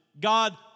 God